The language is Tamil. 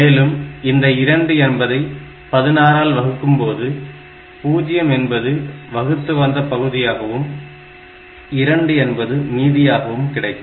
மேலும் இந்த 2 என்பதை 16 ஆல் வகுக்கும்போது 0 என்பது வகுத்து வந்த பகுதியாகவும் 2 என்பது மீதியாகவும் கிடைக்கும்